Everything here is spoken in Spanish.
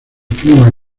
clima